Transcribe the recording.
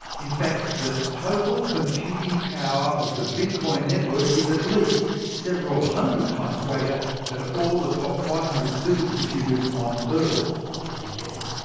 in fact, the total computing power of the bitcoin network is at least several hundred times greater than all the top five hundred supercomputers on earth put together.